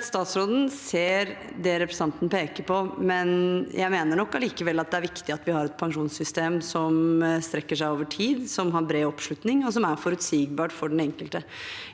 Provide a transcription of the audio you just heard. Statsråden ser det representanten peker på, men jeg mener likevel at det er viktig at vi har et pensjonssystem som strekker seg over tid, som har bred oppslutning, og som er forutsigbart for den enkelte.